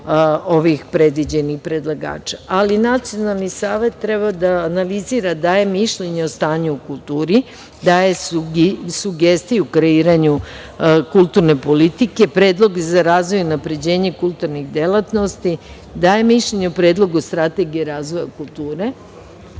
ovih predviđenih predlagača. Nacionalni savet treba da analizira, daje mišljenje o stanju u kulturi, daje sugestiju ka kreiranju kulturne politike, predloge za razvoj i unapređenje kulturnih delatnosti, daje mišljenje o predlogu strategije razvoja kulture,